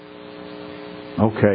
Okay